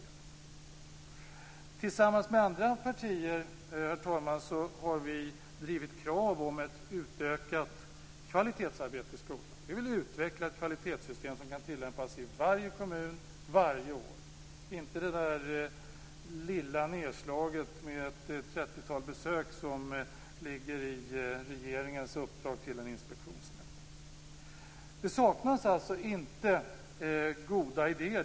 Herr talman! Tillsammans med andra partier har vi drivit krav på ett utökat kvalitetsarbete i skolan. Vi vill utveckla ett kvalitetssystem som kan tillämpas i varje kommun varje år, och inte det lilla nedslaget med ett trettiotal besök som ingår i regeringens uppdrag till en inspektionsnämnd. Det saknas alltså inte goda idéer.